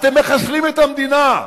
אתם מחסלים את המדינה,